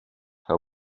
how